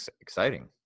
exciting